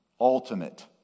ultimate